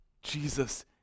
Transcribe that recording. Jesus